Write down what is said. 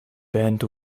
band